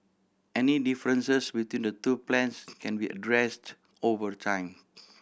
any differences between the two plans can be addressed over time